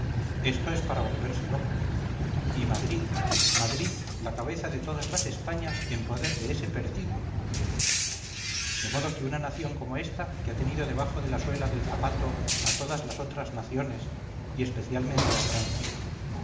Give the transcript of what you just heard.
esto es para volverse loco y madrid madrid la cabeza de todas las españas en poder de ese perdido de modo que una nación como esta que ha tenido debajo de la suela del zapato a todas las otras naciones y especialmente a francia